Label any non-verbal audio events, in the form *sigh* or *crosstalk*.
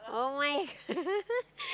[oh]-my-god *laughs*